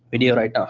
video right now.